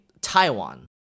Taiwan